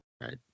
Right